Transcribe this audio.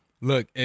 Look